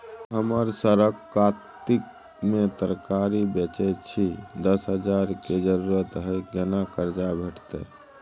हम सरक कातिक में तरकारी बेचै छी, दस हजार के जरूरत हय केना कर्जा भेटतै?